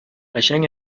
قشنگ